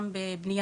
בנוסף,